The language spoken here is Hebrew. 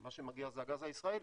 מה שמגיע זה הגז הישראלי.